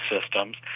systems